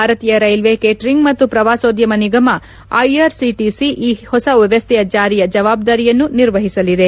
ಭಾರತೀಯ railway catering ಮತ್ತು ಪ್ರವಾಸೋದ್ಯಮ ನಿಗಮ ಐಆರ್ಸಿಟಿಸಿ ಹೊಸ ವ್ಯವಸ್ಥೆಯ ಜಾರಿಯ ಜವಾಬ್ದಾರಿಯನ್ನು ನಿರ್ವಹಿಸಲಿದೆ